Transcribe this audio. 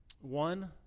One